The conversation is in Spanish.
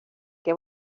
que